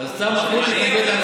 אני מחליט להגיש בכל מקרה.